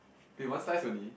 wait one slice only